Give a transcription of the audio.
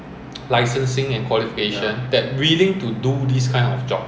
the job market does not match up to the regulatory requirement